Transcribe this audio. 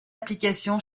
application